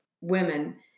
women